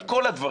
את כל הדברים.